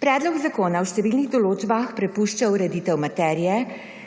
Predlog zakona v številnih določbah prepušča ureditev materije,